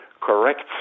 correct